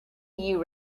you